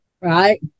right